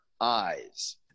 eyes